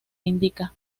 indica